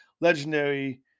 legendary